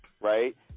right